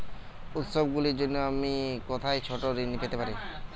উত্সবগুলির জন্য আমি কোথায় ছোট ঋণ পেতে পারি?